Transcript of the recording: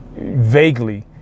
vaguely